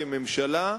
כממשלה,